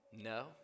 no